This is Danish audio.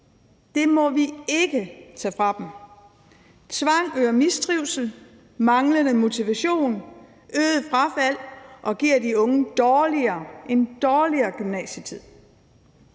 Det må vi ikke tage fra dem. Tvang øger mistrivsel, manglende motivation, øget frafald og giver de unge en dårligere gymnasietid.